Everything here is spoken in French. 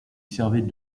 servait